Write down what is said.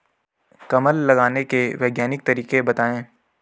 कमल लगाने के वैज्ञानिक तरीके बताएं?